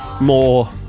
more